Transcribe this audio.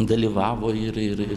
dalyvavo ir ir ir